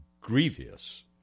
grievous